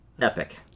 epic